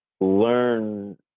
learn